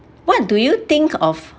what do you think of